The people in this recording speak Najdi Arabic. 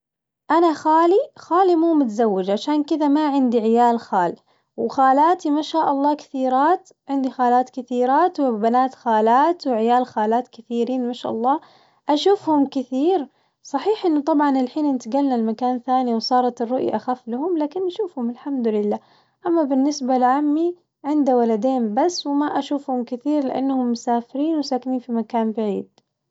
أنا خالي خالي مو متزوج عشان كذا ما عندي عيال خال، وخالاتي ما شاء كثيرات عندي خالات كثيرات وبنات خالات وعيال خالات كثيرين ما شاء الله، أشوفهم كثير صحيح إنه طبعاً الحين انتقلنا لمكان ثاني وصارت الرؤية أخف المهم لكن نشوفهم الحمد لله، أما بالنسبة لعمي عنده ولدين بس وما أشوفهم كثير لأنهم مسافرين وساكنين في مكان بعيد.